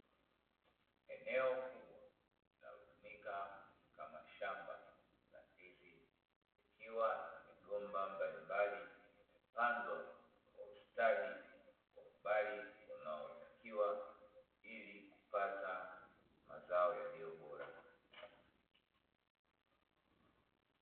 Eneo kubwa linalotumika kama shamba la ndizi, likiwa na migomba mbalimbali imepandwa kwa ustadi wa umbali unaotakiwa ili kupata mazao yaliyo bora.